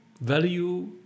value